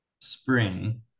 spring